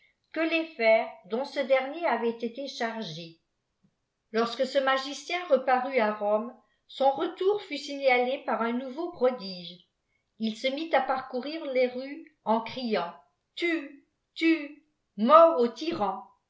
que les fers dont ce dernier avait été chargé lorsque ce magicien reparut à rome son retour fut signalé par un nouveau prodige il se mit à parcourir les rues en criant a tue lue mort au tyran